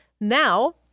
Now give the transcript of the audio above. Now